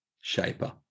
Shaper